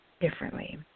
differently